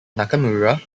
nakamura